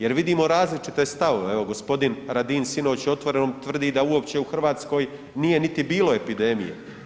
Jer vidimo različite stavove, evo gospodin Radin sinoć u „Otvorenom“ tvrdi da uopće u Hrvatskoj nije niti bilo epidemije.